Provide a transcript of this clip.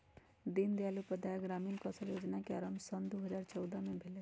दीनदयाल उपाध्याय ग्रामीण कौशल जोजना के आरम्भ सन दू हज़ार चउदअ से भेलइ